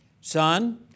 Son